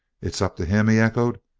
it's up to him? he echoed.